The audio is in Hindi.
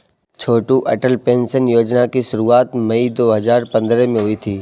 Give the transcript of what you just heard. छोटू अटल पेंशन योजना की शुरुआत मई दो हज़ार पंद्रह में हुई थी